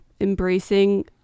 embracing